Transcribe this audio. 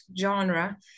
genre